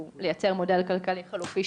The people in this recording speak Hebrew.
הוא לייצר מודל כלכלי חלופי,